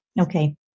Okay